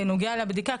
בנוגע לבדיקה,